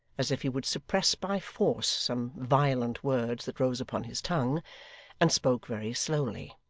as if he would suppress by force some violent words that rose upon his tongue and spoke very slowly.